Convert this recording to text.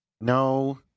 no